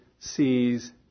Sees